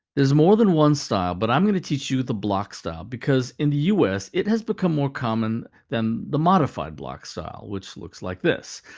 there's more than one style, but i'm going to teach you the block style, because in the u s, it has become more common than the modified block style, which looks like this.